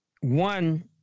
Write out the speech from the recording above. one